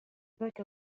ذاك